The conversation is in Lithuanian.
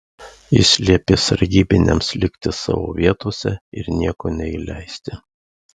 jis liepė sargybiniams likti savo vietose ir nieko neįleisti